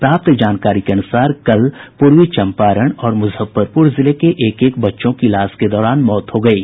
प्राप्त जानकारी के अनुसार कल पूर्वी चम्पारण और मुजफ्फरपुर जिले के एक एक बच्चों की इलाज के दौरान मौत हो गयी